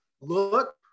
Look